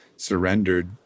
surrendered